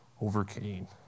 overcame